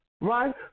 Right